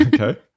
Okay